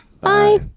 Bye